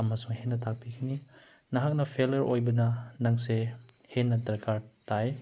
ꯑꯃꯁꯨꯡ ꯍꯦꯟꯅ ꯇꯥꯛꯄꯤꯒꯅꯤ ꯅꯍꯥꯛꯅ ꯐꯦꯜꯂꯤꯌꯔ ꯑꯣꯏꯕꯅ ꯅꯪꯁꯦ ꯍꯦꯟꯅ ꯗꯔꯀꯥꯔ ꯇꯥꯏ